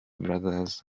brothers